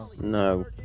No